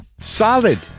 Solid